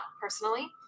personally